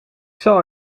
zal